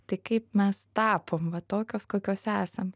tai kaip mes tapom va tokios kokios esam